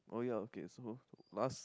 oh yeah okay so last